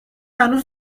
هنوز